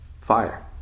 fire